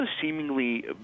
seemingly